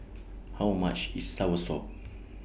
How much IS Soursop